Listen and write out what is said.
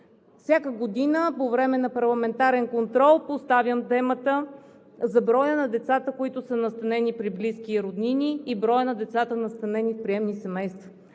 Всяка година по време на парламентарен контрол поставям темата за броя на децата, които са настанени при близки и роднини, и броя на децата, настанени в приемни семейства.